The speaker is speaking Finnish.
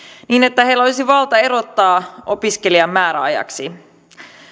niin että heillä olisi valta erottaa opiskelija määräajaksi